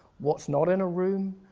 what's not in a room,